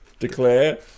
Declare